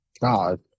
god